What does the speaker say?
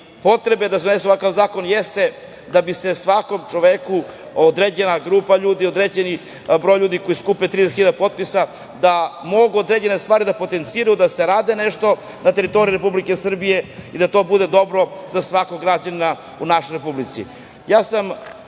potreba da se donese ovakav zakon jeste da bi se svakom čoveku, određenoj grupi ljudi, određenom broju ljudi koji skupe 30.000 potpisa dala mogućnost da mogu određene stari da potenciraju, da se radi nešto na teritoriji Republike Srbije i da to bude dobro za svakog građanina u našoj republici. Uvek